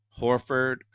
Horford